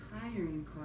hiring